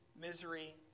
misery